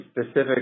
specific